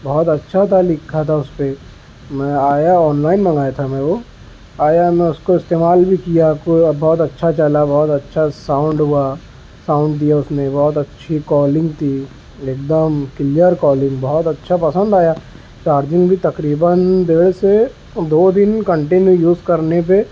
بہت اچھا تھا لکھا تھا اس پہ میں آیا آن لائن منگایا تھا میں وہ آیا میں اس کو استعمال بھی کیا کوئی بہت اچھا چلا بہت اچھا ساؤنڈ ہوا ساؤنڈ دیا اس نے بہت اچھی کالنگ تھی ایک دم کلیئر کالنگ بہت اچھا پسند آیا چارجنگ بھی تقریباً ڈیڑھ سے دو دن کنٹنیو یوز کرنے پہ